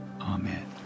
Amen